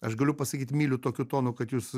aš galiu pasakyt myliu tokiu tonu kad jūs